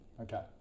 Okay